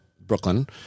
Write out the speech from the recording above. Brooklyn